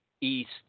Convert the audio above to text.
east